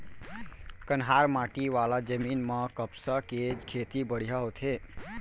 कन्हार माटी वाला जमीन म कपसा के खेती बड़िहा होथे